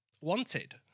Wanted